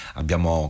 abbiamo